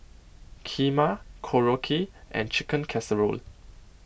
Kheema Korokke and Chicken Casserole